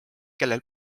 kellel